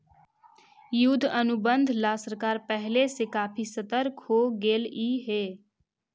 युद्ध अनुबंध ला सरकार पहले से काफी सतर्क हो गेलई हे